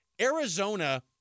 Arizona –